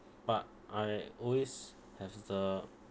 but I always have the